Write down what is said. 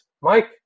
Mike